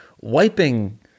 wiping